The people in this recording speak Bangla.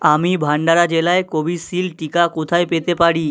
আমি ভান্ডারা জেলায় কোভিশিল্ড টিকা কোথায় পেতে পারি